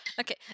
Okay